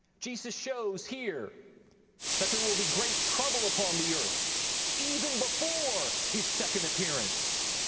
jesus shows here that there will be great trouble upon the earth even before his second appearance.